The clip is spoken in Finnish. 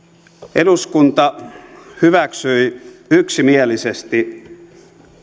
eduskunta hyväksyi yksimielisesti